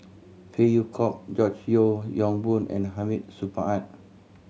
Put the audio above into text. Phey Yew Kok George Yeo Yong Boon and Hamid Supaat